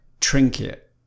trinket